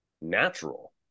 natural